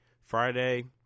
Friday